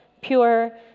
pure